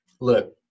look